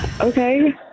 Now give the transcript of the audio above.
Okay